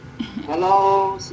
hello